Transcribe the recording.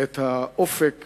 את האופק